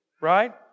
right